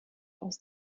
aus